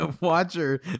Watcher